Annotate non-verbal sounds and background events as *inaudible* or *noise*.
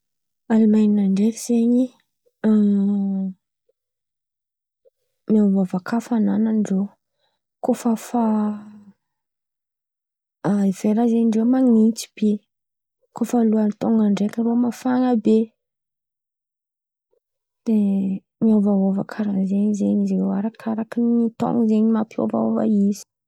Aleman̈a ndraiky zen̈y *hesitation* miôvaôva kà hafanan̈an-drô, kôa fa fa hivery zen̈y amindrô man̈intsy be kôa fa lohataon̈a ndraiky mafan̈a be. Dia miôvaôva kàra zen̈y izy io arakarakin'ny taon̈o zen̈y mampiôvaôva izy.